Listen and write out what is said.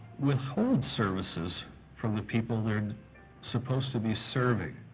withhold services from the people they're supposed to be serving.